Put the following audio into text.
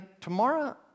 tomorrow